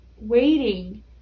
waiting